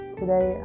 today